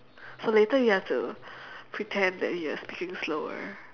so later you have to pretend that you are speaking slower